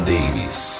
Davis